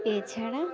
এছাড়া